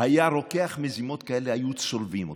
היה רוקח מזימות כאלה, היו צולבים אותו.